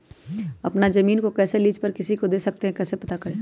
अपना जमीन को कैसे लीज पर किसी को दे सकते है कैसे पता करें?